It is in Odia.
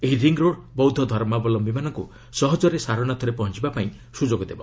ଏହି ରିଙ୍ଗ୍ ରୋଡ଼୍ ବୌଦ୍ଧ ଧର୍ମାବଲୟୀମାନଙ୍କୁ ସହଜରେ ସାରନାଥରେ ପହଞ୍ଚିବାକୁ ସୁଯୋଗ ଦେବ